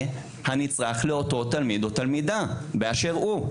הנצרך לאותו תלמיד או תלמידה באשר הוא.